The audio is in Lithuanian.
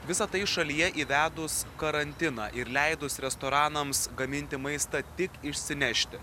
visa tai šalyje įvedus karantiną ir leidus restoranams gaminti maistą tik išsinešti